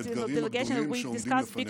דנו באתגרים הגדולים שעומדים לפנינו.